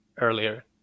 earlier